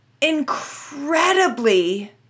incredibly